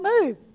move